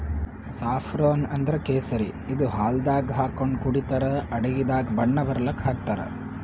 saffron ಅಂದ್ರ ಕೇಸರಿ ಇದು ಹಾಲ್ದಾಗ್ ಹಾಕೊಂಡ್ ಕುಡಿತರ್ ಅಡಗಿದಾಗ್ ಬಣ್ಣ ಬರಲಕ್ಕ್ ಹಾಕ್ತಾರ್